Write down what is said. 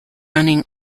running